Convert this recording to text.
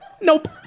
nope